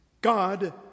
God